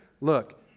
look